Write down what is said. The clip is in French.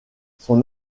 son